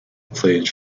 played